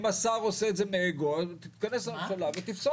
אם השר עושה את זה מאגו, אז תתכנס הממשלה ותפסול.